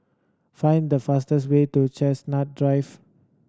find the fastest way to Chestnut Drive